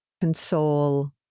console